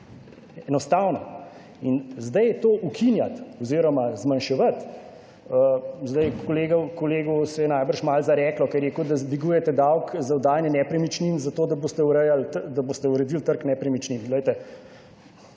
enostavno. In zdaj to ukinjati oziroma zmanjševati, zdaj kolegu se je najbrž malo zareklo, ker je rekel, da dvigujete davek za oddajanje nepremičnin za to, da boste uredili trg nepremičnin.